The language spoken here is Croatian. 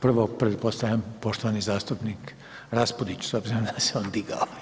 Prvo pretpostavljam poštovani zastupnik RAspudić s obzirom da se on digao.